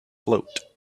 float